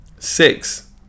Six